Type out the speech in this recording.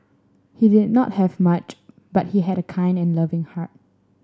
he did not have much but he had a kind and loving heart